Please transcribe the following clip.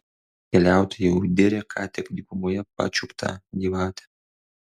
keliautojai jau diria ką tik dykumoje pačiuptą gyvatę